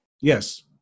Yes